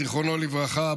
זיכרונו לברכה,